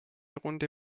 runde